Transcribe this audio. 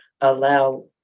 allow